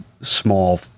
small